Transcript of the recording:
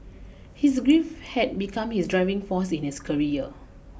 his grief had become his driving force in his career